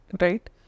right